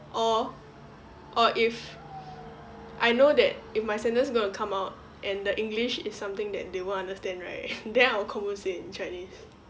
or or if I know that if my sentence gonna come out and the english is something that they won't understand right then I will confirm say in chinese